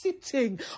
sitting